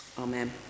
Amen